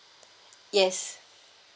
yes